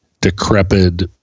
decrepit